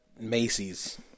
Macy's